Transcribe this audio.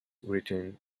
written